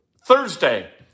Thursday